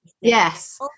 Yes